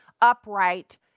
upright